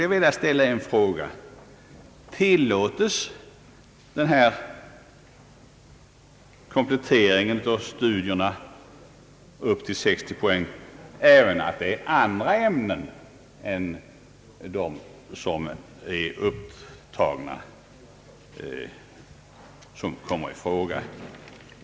Jag vill ställa frågan: Tillåts den här kompletteringen av studierna med upp till 60 poäng även i andra ämnen än de under 6 a upptagna?